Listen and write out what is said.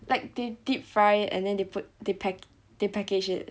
like they deep fry and then they put they pack they package it